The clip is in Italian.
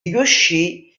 riuscì